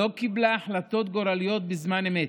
לא קיבלה החלטות גורליות בזמן אמת,